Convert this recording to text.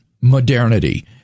modernity